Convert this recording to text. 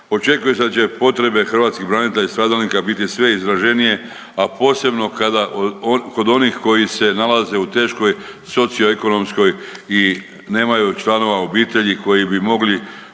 očekuje se da će potrebe hrvatskih branitelja i stradalnika biti sve izraženije, a posebno kada, kod onih koji se nalaze u teškoj socioekonomskoj i nemaju članova obitelji koji bi mogli